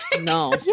No